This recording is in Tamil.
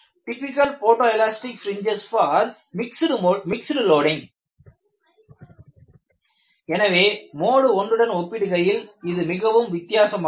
typical photo elastic fringes for mode mixed loading எனவே மோடு 1 உடன் ஒப்பிடுகையில் இது மிகவும் வித்தியாசமானது